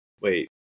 Wait